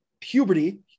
puberty